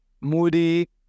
moody